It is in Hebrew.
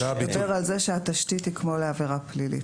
הוא מדבר על זה שהתשתית היא כמו לעבירה פלילית.